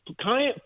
client